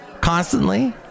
Constantly